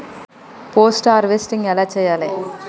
Post harvesting ఎలా చెయ్యాలే?